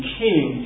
king